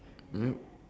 yup